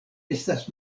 estas